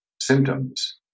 Symptoms